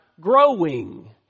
growing